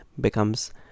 becomes